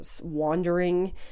wandering